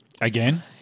Again